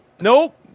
Nope